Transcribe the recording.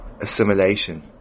assimilation